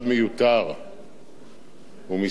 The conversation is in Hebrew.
הוא משרד מיותר כמו הרבה משרדים